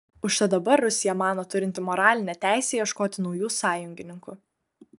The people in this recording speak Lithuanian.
užtat dabar rusija mano turinti moralinę teisę ieškoti naujų sąjungininkų